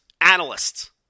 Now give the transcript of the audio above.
analysts